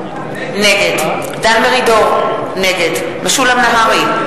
נגד דן מרידור, נגד משולם נהרי,